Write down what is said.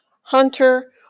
hunter